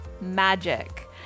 magic